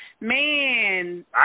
Man